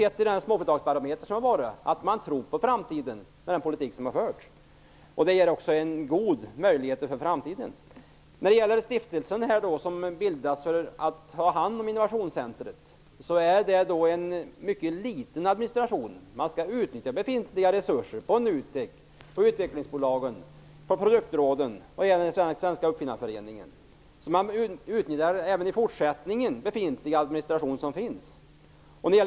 Av småföretagarbarometern framgår att man tror på framtiden och på den politik som har förts och som ger goda möjligheter för framtiden. När det gäller den stiftelse, Innovationscentrum, som skall bildas kan jag säga att det är fråga om en mycket liten adminstration. Man skall utnyttja befintliga resurser på NUTEK, hos utvecklingsbolagen och produktråden samt hos Svenska uppfinnareföreningen. Även i fortsättningen skall alltså redan befintlig administration utnyttjas.